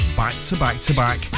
back-to-back-to-back